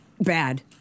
bad